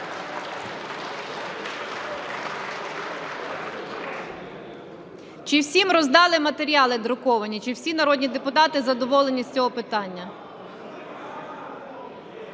Чи всім роздали матеріали друковані? Чи всі народні депутати задоволені з цього питання?